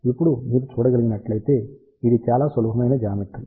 ఇప్పుడు మీరు చూడగలిగినట్లుగా ఇది చాలా సులభమైన జామెట్రీ